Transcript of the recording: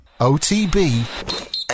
OTB